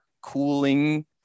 cooling